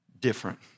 different